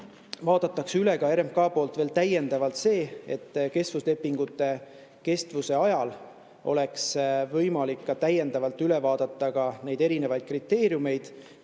vaadatakse RMK poolt täiendavalt üle ka see, et kestvuslepingute kestvuse ajal oleks võimalik täiendavalt üle vaadata neid erinevaid kriteeriumeid,